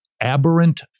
aberrant